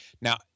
Now